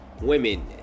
women